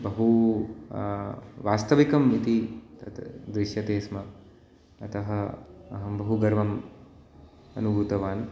बहु वास्तविकं इति तत् दृश्यते स्म अतः अहं बहु गर्वं अनुभूतवान्